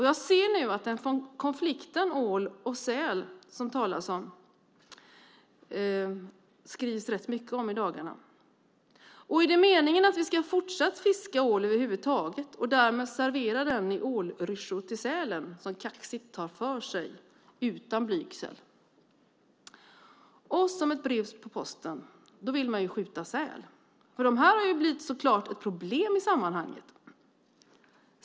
Jag ser nu att det i dagarna skrivs rätt mycket om konflikten mellan ål och säl. Är det meningen att vi ska fortsätta att fiska ål över huvud taget och därmed servera den i ålryssjor till sälen som kaxigt tar för sig utan blygsel? Som ett brev på posten kommer att man vill skjuta säl. Det har såklart blivit ett problem i sammanhanget.